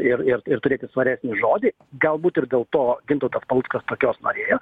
ir ir ir turėti svaresnį žodį galbūt ir dėl to gintautas paluckas tokios norėjo